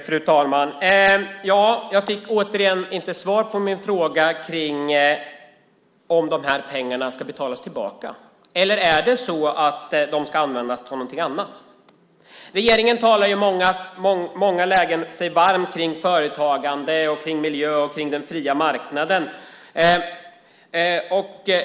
Fru talman! Jag fick återigen inte svar på min fråga om pengarna ska betalas tillbaka. Ska de användas till något annat? Regeringen talar sig i många lägen varm för företagande, miljö och den fria marknaden.